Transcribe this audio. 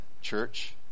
church